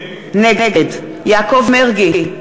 נגד יעקב מרגי,